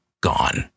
Gone